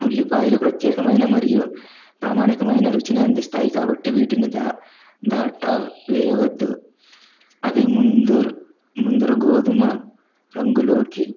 ఉల్లిపాయలు ప్రత్యేకమైన మరియు ప్రామాణికమైన రుచిని అందిస్తాయి కాబట్టి వీటిని దా దాట వేయవద్దు అవి ముందు ముందుర గోధుమ రంగులోకి